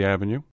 Avenue